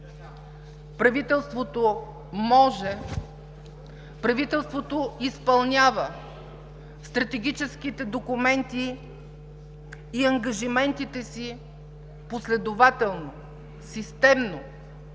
правителството може, правителството изпълнява стратегическите документи и ангажиментите си последователно, системно,